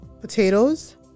potatoes